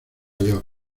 york